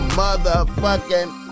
motherfucking